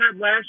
last